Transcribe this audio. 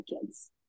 kids